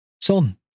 Son